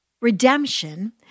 Redemption